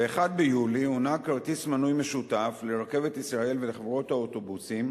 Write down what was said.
ב-1 ביולי הונהג כרטיס מנוי משותף לרכבת ישראל ולחברות האוטובוסים,